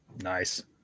Nice